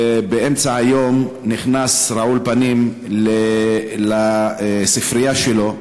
באמצע היום נכנס רעול פנים לספרייה שלו,